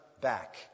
back